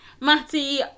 Matty